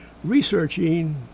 researching